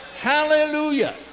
Hallelujah